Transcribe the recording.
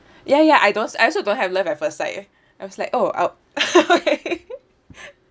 ya ya I don't I also don't have love at first sight was like oh out